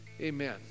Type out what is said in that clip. Amen